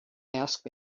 ask